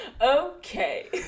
Okay